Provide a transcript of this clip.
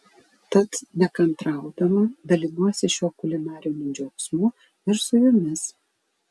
tad nekantraudama dalinuosi šiuo kulinariniu džiaugsmu ir su jumis